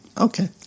okay